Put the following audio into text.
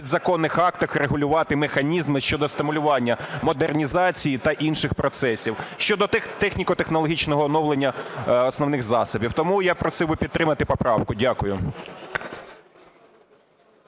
в підзаконних актах регулювати механізми щодо стимулювання модернізації та інших процесів, щодо техніко-технологічного оновлення основних засобів. Тому я просив би підтримати поправку. Дякую.